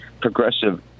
progressive